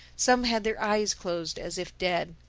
some had their eyes closed, as if dead.